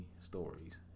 stories